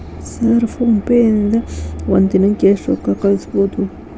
Sir phone pay ದಿಂದ ಒಂದು ದಿನಕ್ಕೆ ಎಷ್ಟು ರೊಕ್ಕಾ ಕಳಿಸಬಹುದು?